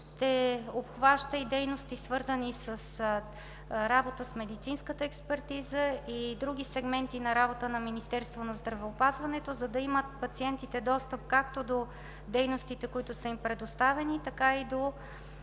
ще обхваща и дейности, свързани с работа с медицинската експертиза и други сегменти на работа на Министерството на здравеопазването, за да имат пациентите достъп както до дейностите, които са им предоставени, така и до